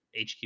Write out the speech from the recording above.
HQ